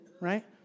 right